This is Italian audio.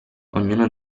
ognuno